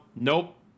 nope